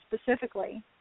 specifically